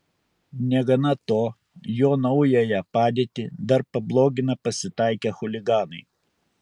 negana to jo naująją padėtį dar pablogina pasitaikę chuliganai